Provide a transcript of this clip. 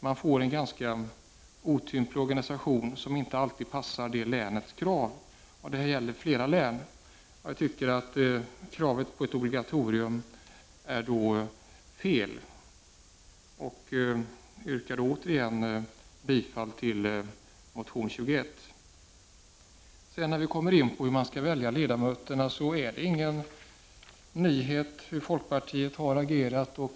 Man får då en ganska otymplig organisation, som inte alltid passar länets behov. Det här gäller flera län. Jag tycker att kravet på ett obligatorium är fel och yrkar återigen bifall till reservation 21. När det gäller frågan hur man skall välja ledamöterna är det ingen nyhet hur folkpartiet har agerat.